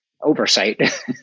oversight